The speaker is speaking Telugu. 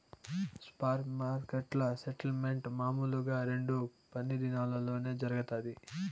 స్పాట్ మార్కెట్ల సెటిల్మెంట్ మామూలుగా రెండు పని దినాల్లోనే జరగతాది